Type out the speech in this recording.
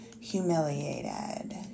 humiliated